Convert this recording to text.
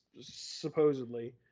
supposedly